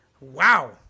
Wow